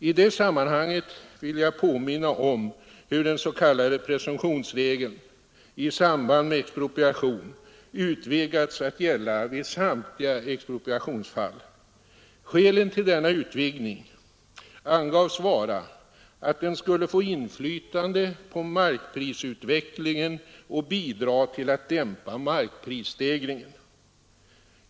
I det sammanhanget vill jag påminna om hur den s.k. presumtionsregeln i samband med expropriation utvidgas att gälla vid samtliga expropriationsfall. Skälet till denna utvidgning angavs vara att den skulle få inflytande på markprisutvecklingen och bidra till att dämpa markprisstegringen.